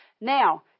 Now